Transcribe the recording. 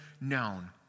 known